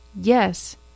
Yes